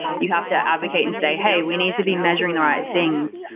you have to advocate and say, hey, we need to be measuring the right things.